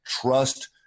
trust